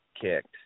kicked